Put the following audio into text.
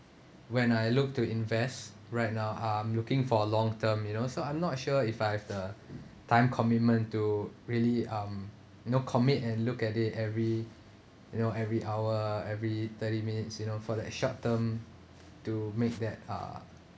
when I look to invest right now I'm looking for a long term you know so I'm not sure if I have the time commitment to really um you know commit and look at it every you know every hour every thirty minutes you know for that short term to make that uh